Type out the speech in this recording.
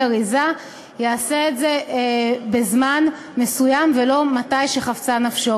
אריזה יעשה את זה בזמן מסוים ולא מתי שחפצה נפשו.